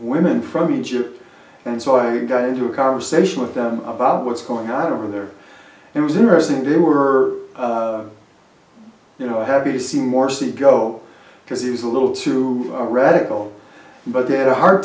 women from egypt and so i got into a conversation with them about what's going on over there and it was interesting there were you know i happy to see morsi go because he was a little too radical but then a hard